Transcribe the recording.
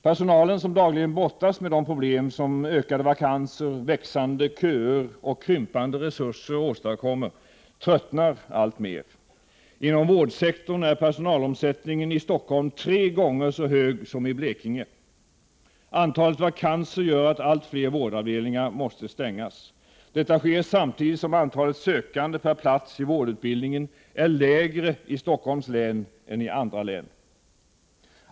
Personalen som dagligen brottas med de problem som ökade vakanser, växande köer och krympande resurser åstadkommer tröttnar alltmer. Inom vårdsektorn är personalomsättningen i Stockholm tre gånger så hög som i Blekinge, antalet vakanser gör att allt fler vårdavdelningar måste stängas. Detta sker samtidigt som antalet sökande per plats i vårdutbildningen är lägre i Stockholms län än i andra län.